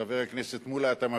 חבר הכנסת מולה, אתה מפריע.